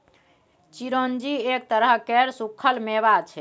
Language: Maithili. चिरौंजी एक तरह केर सुक्खल मेबा छै